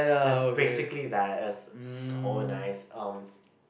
that's basically that it's so nice um